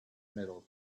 middle